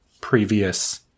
previous